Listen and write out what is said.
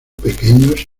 pequeños